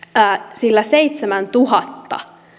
sillä seitsemäntuhannen